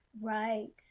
Right